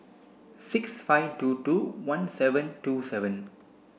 six five two two one seven two seven